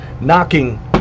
knocking